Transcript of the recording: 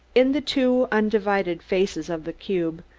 in the two undivided faces of the cube,